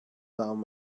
down